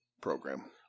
program